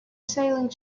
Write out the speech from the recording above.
sailing